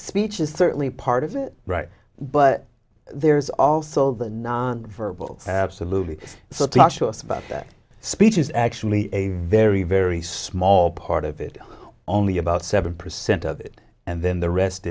speech is certainly part of it right but there's also the non verbal absolutely so to show us about speech is actually a very very small part of it only about seven percent of it and then the rest